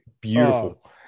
beautiful